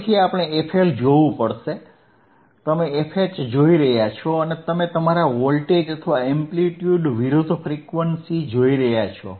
ફરીથી તમારે FL જોવું પડશે તમે FH જોઈ રહ્યા છો અને તમે તમારા વોલ્ટેજ અથવા એમ્પ્લિટ્યુડ વિરુદ્ધ ફ્રીક્વન્સી જોઈ રહ્યા છો